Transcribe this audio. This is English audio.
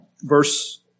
verse